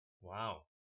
Wow